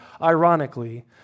Ironically